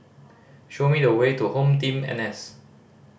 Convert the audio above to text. show me the way to HomeTeam N S